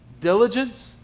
diligence